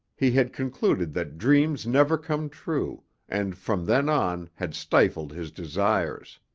he had concluded that dreams never come true and from then on had stifled his desires.